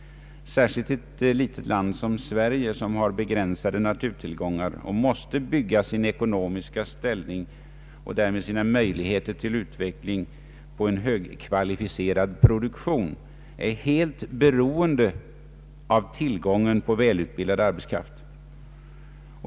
Särskilt ett litet land som Sverige, som har begränsade naturtillgångar och måste bygga sin ekonomiska ställning och därmed sina möjligheter till utveckling på en högkvalificerad produktion, är helt beroende av tillgången på välutbildad arbetskraft.